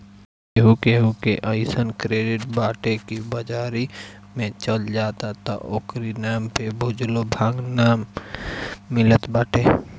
केहू केहू के अइसन क्रेडिट बाटे की बाजारी में चल जा त ओकरी नाम पे भुजलो भांग नाइ मिलत बाटे